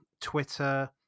Twitter